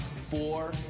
four